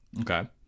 Okay